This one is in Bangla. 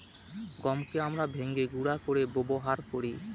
গমকে আমরা ভেঙে গুঁড়া করে ব্যবহার করি